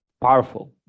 powerful